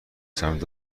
سمت